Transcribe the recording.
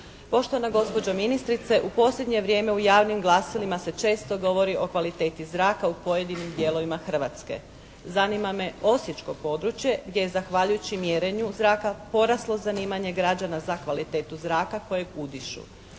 Poštovana gospođo ministrice, u posljednje vrijeme u javnim glasilima se često govori o kvaliteti zraka u pojedinim dijelovima Hrvatske. Zanima me osječko područje gdje je zahvaljujući mjerenju zraka poraslo zanimanje građana za kvalitetu zraka kojeg udišu.